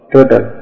Total